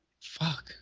Fuck